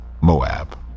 Moab